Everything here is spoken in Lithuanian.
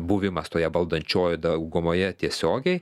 buvimas toje valdančioje daugumoje tiesiogiai